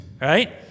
right